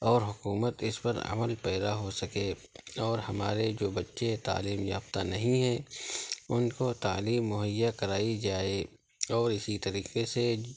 اور حکومت اس پر عمل پیرا ہو سکے اور ہمارے جو بچے تعلیم یافتہ نہیں ہیں ان کو تعلیم مہیا کرائی جائے اور اسی طریقے سے